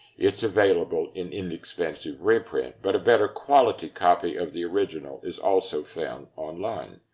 it's available in inexpensive reprint, but a better quality copy of the original is also found online.